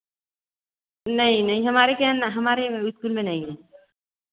नहीं नहीं हमारे क्या है ना हमारे स्कूल में नहीं